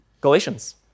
Galatians